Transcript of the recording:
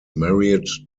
married